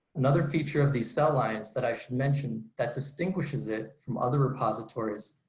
another feature of these cell lines that i should mention that distinguishes it from other repositories,